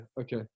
okay